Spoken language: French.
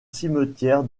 cimetière